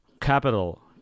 capital